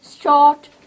short